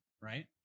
Right